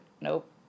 nope